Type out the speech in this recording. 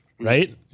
right